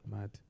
Mad